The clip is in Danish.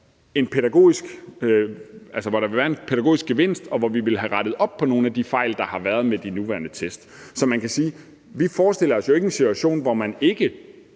en pædagogisk gevinst ved, og hvor vi vil have rettet op på nogle af de fejl, der har været med de nuværende test. Så man kan sige, at vi jo ikke forestiller os en situation, hvor man ikke